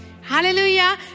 Hallelujah